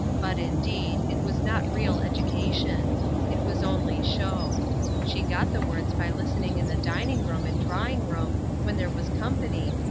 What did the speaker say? but, indeed, it was not real education it was only show she got the words by listening in the dining-room and drawing-room when there was company,